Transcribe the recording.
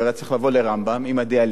צריך לבוא ל"רמב"ם" עם הדיאליזה,